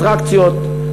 אטרקציות,